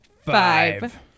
five